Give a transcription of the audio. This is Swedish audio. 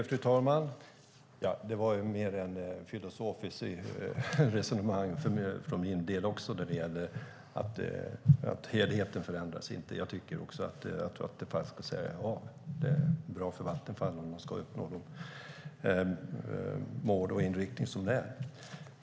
Fru talman! Ja, det var närmast ett filosofiskt resonemang även från min sida beträffande att helheten inte förändras. Jag tycker att Vattenfall ska sälja. Det är bra om Vattenfall kan uppnå de mål och den inriktning som finns.